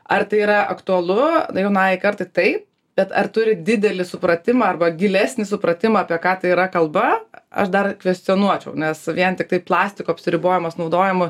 ar tai yra aktualu jaunajai kartai taip bet ar turi didelį supratimą arba gilesnį supratimą apie ką tai yra kalba aš dar kvestionuočiau nes vien tiktai plastiko apsiribojimas naudojimu